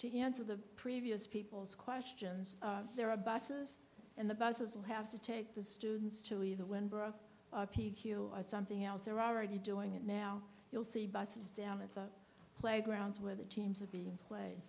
to answer the previous people's questions there are buses and the buses who have to take the students to either when broke something else they're already doing it now you'll see buses down at the playgrounds where the teams are being play